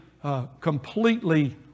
completely